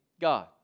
God